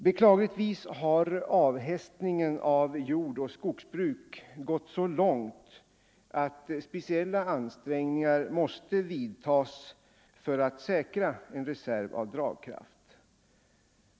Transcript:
Beklagligtvis har avhästningen av jordoch skogsbruk gått så långt att speciella ansträngningar måste vidtas för att säkra en reserv av dragkraft.